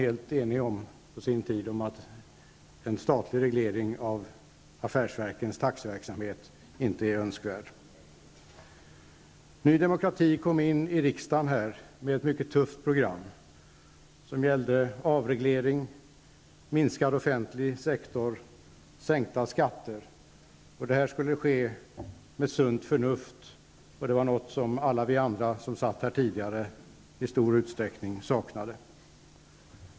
Utskottet var helt enigt om att en statlig reglering av affärsverkens taxeverksamhet inte är önskvärd. Ny Demokrati kom in i riksdagen med ett mycket tufft program som gällde avreglering, minskad offentlig sektor och sänkta skatter. Och detta skulle åstadkommas genom sunt förnuft, och det var något som alla vi andra som satt här i riksdagen sedan tidigare i stor utsträckning saknade.